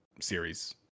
series